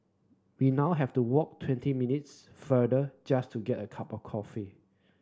we now have to walk twenty minutes further just to get a cup of coffee